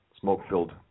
smoke-filled